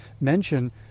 mention